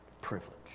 Privilege